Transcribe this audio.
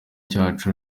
cyacu